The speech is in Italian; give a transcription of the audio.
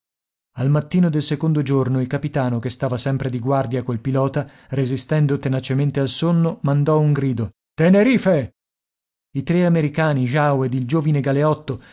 al mattino del secondo giorno il capitano che stava sempre di guardia col pilota resistendo tenacemente al sonno mandò un grido tenerife i tre americani jao ed il giovine galeotto